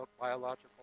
biological